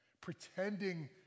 pretending